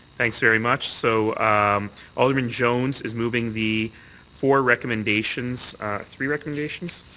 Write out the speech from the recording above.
thanks very much. so alderman jones is moving the four recommendations three recommendations?